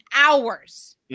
hours